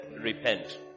repent